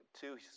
two